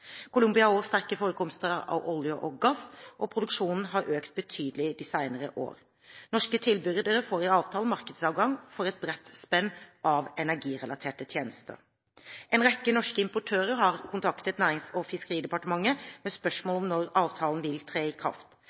Colombia har også sterke forekomster av olje og gass, og produksjonen har økt betydelig de senere år. Norske tilbydere får i avtalen markedsadgang for et bredt spenn av energirelaterte tjenester. En rekke norske importører har kontaktet Nærings- og fiskeridepartementet med spørsmål om når avtalen vil tre i kraft.